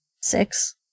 Six